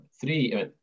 three